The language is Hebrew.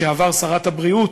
לשעבר שרת הבריאות,